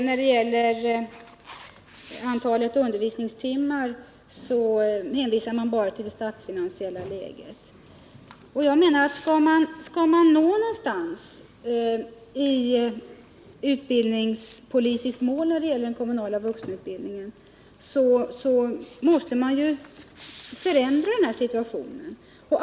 När det gäller antalet undervisningstimmar hänvisar utskottet bara till det statsfinansiella läget. Men skall man nå något utbildningspolitiskt mål när det gäller den kommunala vuxenutbildningen, måste man ju förändra den här situationen.